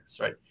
right